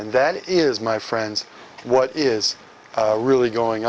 and that is my friends what is really going